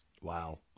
Wow